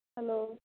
hello